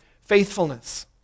faithfulness